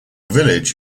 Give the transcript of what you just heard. village